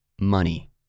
Money